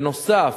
בנוסף,